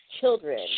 children